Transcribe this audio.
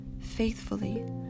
faithfully